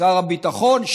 שר הביטחון,